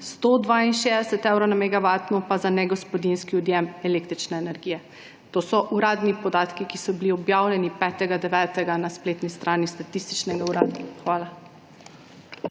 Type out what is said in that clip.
162 evrov na megavatno pa za negospodinjski odjem električne energije. To so uradni podatki, ki so bili objavljeni 5. 9. na spletni strani Statističnega urada. Hvala.